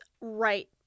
right